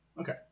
Okay